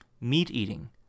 meat-eating